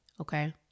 Okay